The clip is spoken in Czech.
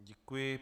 Děkuji.